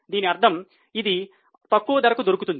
దీని అర్థం ఇది తక్కువ ధరకు దొరుకుతుంది